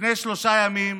לפני שלושה ימים,